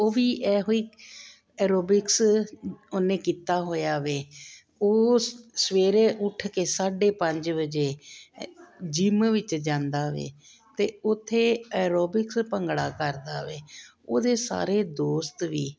ਉਹ ਵੀ ਇਹੋ ਹੀ ਐਰੋਬਿਕਸ ਉਹਨੇ ਕੀਤਾ ਹੋਇਆ ਵੇ ਉਹ ਸਵੇਰੇ ਉੱਠ ਕੇ ਸਾਢੇ ਪੰਜ ਵਜੇ ਜਿਮ ਵਿੱਚ ਜਾਂਦਾ ਵੇ ਅਤੇ ਉੱਥੇ ਆਰੋਬਿਕਸ ਭੰਗੜਾ ਕਰਦਾ ਵੇ ਉਹਦੇ ਸਾਰੇ ਦੋਸਤ ਵੀ